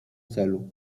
celu